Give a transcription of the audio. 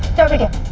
don't yeah